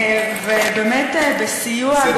באמת בסיוע,